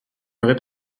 aurais